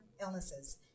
illnesses